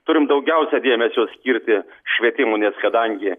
turim daugiausiai dėmesio skirti švietimui nes kadangi